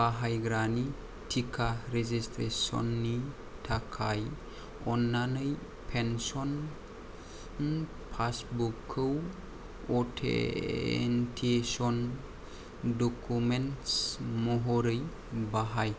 बाहायग्रानि टिका रेजिस्ट्रेसननि थाखाय अन्नानै पेन्सन पासबुकखौ अथेन्टिकेसन डकुमेन्टस महरै बाहाय